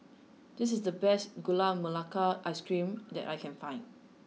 this is the best Gula Melaka ice cream that I can find